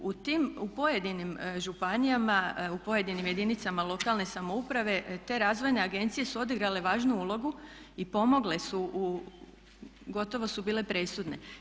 U tim, u pojedinim županijama, u pojedinim jedinicama lokalne samouprave te razvojne agencije su odigrale važnu ulogu i pomogle su u, gotovo su bile presudne.